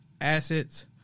assets